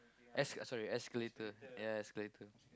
esca~ sorry escalator ya escalator